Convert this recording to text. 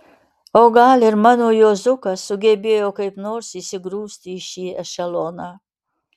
o gal ir mano juozukas sugebėjo kaip nors įsigrūsti į šį ešeloną